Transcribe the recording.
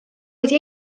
wedi